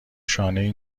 شانهای